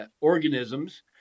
organisms